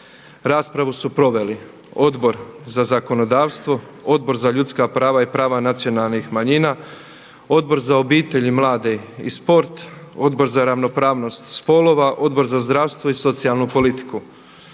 Raspravu su proveli: Odbor za zakonodavstvo, Odbor za ljudska prava i prava nacionalnih manjina, Odbor za ravnopravnost spolova, Odbor za zdravstvo i socijalnu politiku.